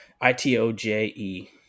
I-T-O-J-E